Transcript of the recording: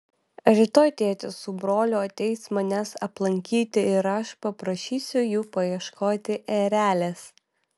rytoj tėtis su broliu ateis manęs aplankyti ir aš paprašysiu jų paieškoti erelės